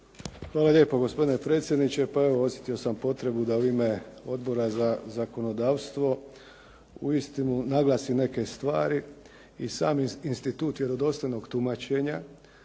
Hvala lijepo gospodine predsjedniče, pa evo osjetio sam potrebu da u ime Odbora za zakonodavstvo uistinu naglasim neke stvari i sami institut vjerodostojnog tumačenja